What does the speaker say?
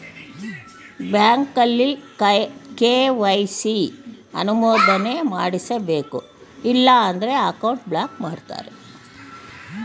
ಬ್ಯಾಂಕಲ್ಲಿ ಕೆ.ವೈ.ಸಿ ಅನುಮೋದನೆ ಮಾಡಿಸಬೇಕು ಇಲ್ಲ ಅಂದ್ರೆ ಅಕೌಂಟ್ ಬ್ಲಾಕ್ ಮಾಡ್ತಾರೆ